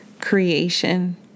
creation